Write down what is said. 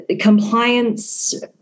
compliance